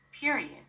period